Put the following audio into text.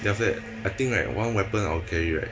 then after that I think like one weapon I will carry right